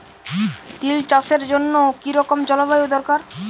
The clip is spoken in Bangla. তিল চাষের জন্য কি রকম জলবায়ু দরকার?